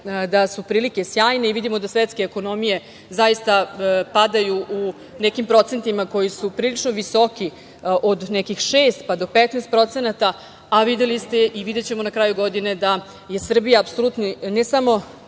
da su prilike sjajne i vidimo da svetske ekonomije zaista padaju u nekim procentima koji su prilično visoki od 6% do 15%, a videli ste i videćemo do kraja godine da je Srbija apsolutno ne samo